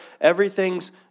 Everything's